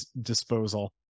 disposal